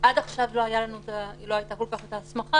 עד עכשיו לא הייתה כל כך את ההסמכה